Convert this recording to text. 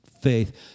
faith